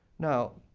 now,